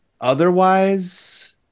otherwise